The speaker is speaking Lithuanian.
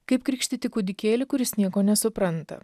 kaip krikštyti kūdikėlį kuris nieko nesupranta